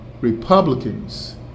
Republicans